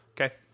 Okay